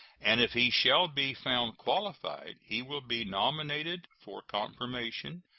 and if he shall be found qualified he will be nominated for confirmation,